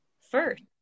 first